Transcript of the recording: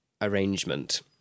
arrangement